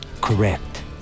Correct